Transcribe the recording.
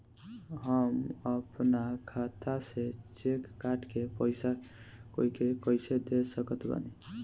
हम अपना खाता से चेक काट के पैसा कोई के कैसे दे सकत बानी?